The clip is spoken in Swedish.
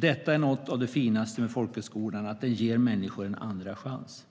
Detta är något av det finaste med folkhögskolan - den ger människor en andra chans.